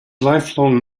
lifelong